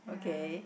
okay